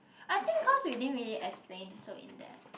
I think cause we didn't really explain so in depth